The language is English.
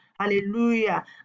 Hallelujah